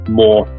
more